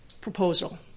proposal